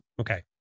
okay